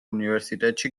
უნივერსიტეტში